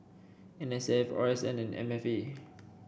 N S F R S N and M F A